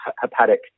hepatic